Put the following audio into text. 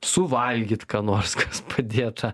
suvalgyt ką nors kas padėta